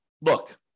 look